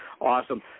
Awesome